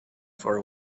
for